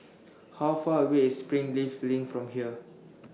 How Far away IS Springleaf LINK from here